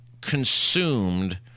consumed